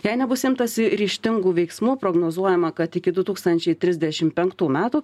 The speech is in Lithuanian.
jei nebus imtasi ryžtingų veiksmų prognozuojama kad iki du tūkstančiai trisdešim penktų metų